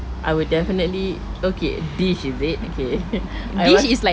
I will definitely okay dish is it okay okay I want